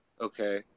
Okay